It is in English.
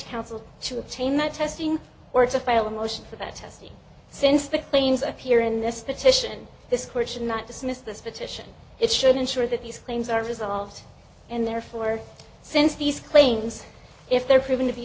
counsel to obtain that testing or to file a motion for that testing since the planes appear in this petition this court should not dismiss this petition it should ensure that these claims are resolved and therefore since these claims if they're proven to be